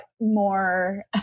more